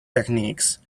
techniques